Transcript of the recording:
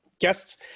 Guests